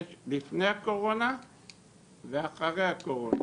יש לפני הקורונה ואחרי הקורונה